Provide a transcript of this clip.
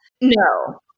No